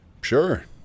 Sure